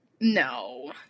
No